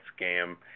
scam